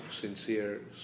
sincere